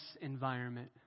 environment